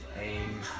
aim